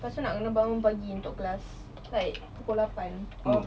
lepas itu nak kena bangun pagi untuk kelas like pukul lapan or